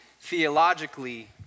theologically